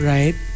Right